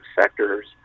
sectors